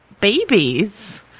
babies